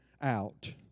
out